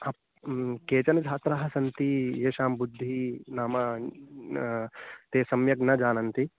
हा केचन छात्राः सन्ति येषां बुद्धिः नाम ते सम्यक् न जानन्ति